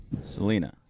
Selena